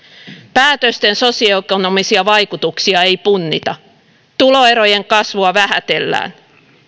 päätösten sosioekonomisia vaikutuksia ei punnita tuloerojen kasvua vähätellään